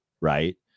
right